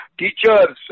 teachers